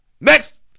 Next